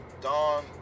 Dawn